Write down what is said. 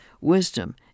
wisdom